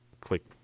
click